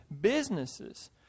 businesses